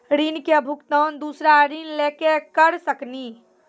ऋण के भुगतान दूसरा ऋण लेके करऽ सकनी?